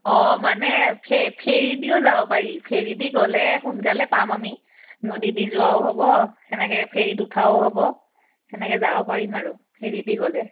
অঁ মানে ফেৰি দিও যাব পাৰি ফেৰি দি গ'লে সোনকালে পাম আমি নদী দি যোৱাও হ'ব সেনেকৈ ফেৰিত উঠাও হ'ব সেনেকৈ যাব পাৰিম আৰু ফেৰি দি গ'লে